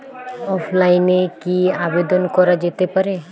অফলাইনে কি আবেদন করা যেতে পারে?